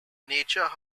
nature